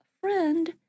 friend